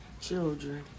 children